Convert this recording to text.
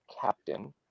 captain